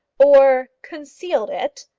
or concealed it,